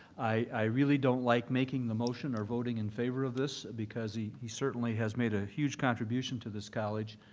i really don't like making the motion or voting in favor of this because he he certainly has made a huge contribution to this college,